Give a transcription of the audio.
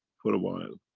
for a while.